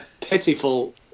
pitiful